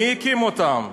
מי הקים אותם?